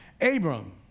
Abram